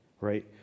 right